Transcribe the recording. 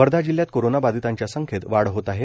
वर्धा जिल्ह्यात कोरोना बाधितांच्या संख्येत वाढ होत आहे